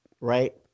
right